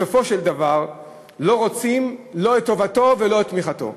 בסופו של דבר לא רוצים לא את טובתו ולא את תמיכתו.